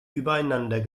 übereinander